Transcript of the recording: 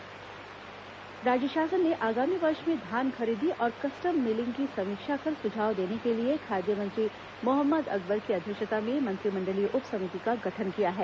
मंत्रिमंडल उप समिति राज्य शासन ने आगामी वर्ष में धान खरीदी और कस्टम मिलिंग की समीक्षा कर सुझाव देने के लिए खाद्य मंत्री मोहम्मद अकबर की अध्यक्षता में मंत्रिमंडलीय उप समिति का गठन किया है